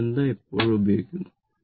ഈ ബന്ധം എപ്പോഴും ഉപയോഗിക്കുന്നു